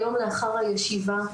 יום לאחר הישיבה,